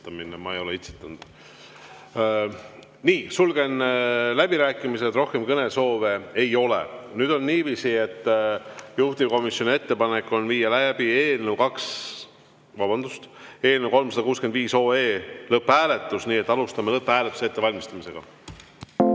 Sulgen läbirääkimised, rohkem kõnesoove ei ole. Nüüd on niiviisi, et juhtivkomisjoni ettepanek on viia läbi eelnõu 365 lõpphääletus. Nii et alustame lõpphääletuse ettevalmistamist.